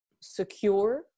secure